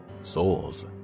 Souls